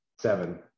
seven